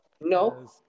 No